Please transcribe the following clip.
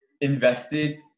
invested